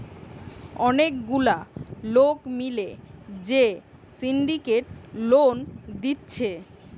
অনেক গুলা লোক মিলে যে সিন্ডিকেট লোন দিচ্ছে